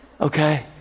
Okay